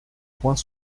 point